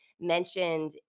mentioned